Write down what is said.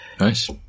Nice